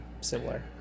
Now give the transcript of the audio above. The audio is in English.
similar